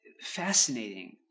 fascinating